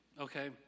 okay